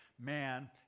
man